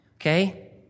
okay